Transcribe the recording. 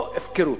לא הפקרות.